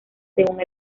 según